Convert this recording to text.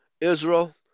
Israel